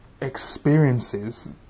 experiences